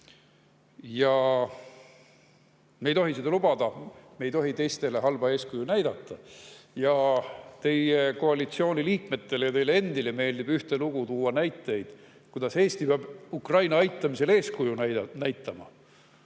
Me ei tohi seda lubada, me ei tohi teistele halba eeskuju näidata. Teie koalitsiooni liikmetele ja teile endale meeldib ühtelugu rääkida sellest, kuidas Eesti peab Ukraina aitamisel eeskuju näitama.